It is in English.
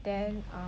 then um